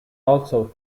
also